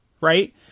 right